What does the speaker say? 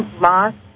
lost